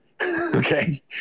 Okay